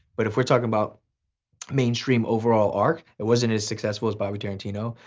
but if we're talking about mainstream overall arc, it wasn't as successful as bobby tarantino.